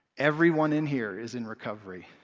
everyone in here is in recovery.